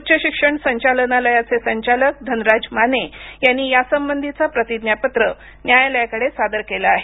उच्च शिक्षण संचालनालयाचे संचालक धनराज माने यांनी यासंबंधीचं प्रतिज्ञापत्र न्यायालयाकडे सादर केलं आहे